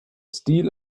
steel